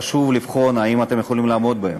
חשוב לבחון אם אתם יכולים לעמוד בהן.